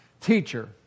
teacher